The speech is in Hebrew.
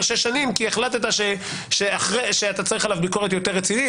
שש שנים כי החלטת שאתה צריך עליו ביקורת יותר רצינית.